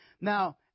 Now